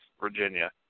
Virginia